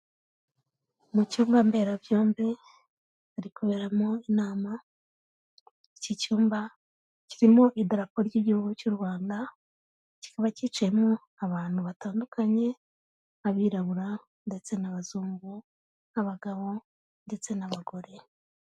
Mu cyumba mberabyombi hari kuberamo inama, iki cyumba kirimo idarapo ry'Igihugu cy'u Rwanda, kikaba kicayemo abantu batandukanye, abirabura ndetse n'abazungu, abagabo ndetse n'abagore.